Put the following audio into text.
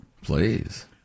Please